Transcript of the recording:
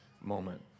moment